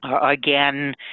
again